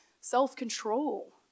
self-control